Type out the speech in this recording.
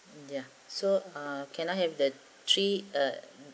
ya so uh can I have the three uh